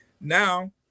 Now